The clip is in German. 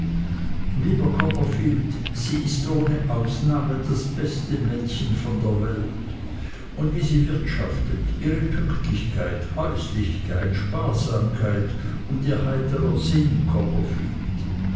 lieber copperfield sie ist ohne ausnahme das beste mädchen von der welt und wie sie wirtschaftet ihre pünktlichkeit häuslichkeit sparsamkeit und ihr heiterer sinn